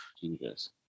Jesus